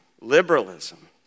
liberalism